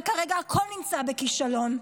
וכרגע הכול נמצא בכישלון.